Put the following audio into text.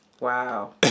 wow